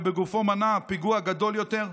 ובגופו מנע פיגוע גדול יותר.